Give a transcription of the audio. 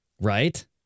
Right